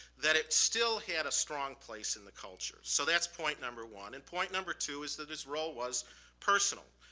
that it still had a strong place and the culture. so that's point number one. and point number two is that this role was personal.